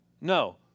No